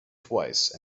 twice